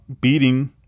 beating